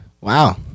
Wow